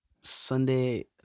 Sunday